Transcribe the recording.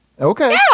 okay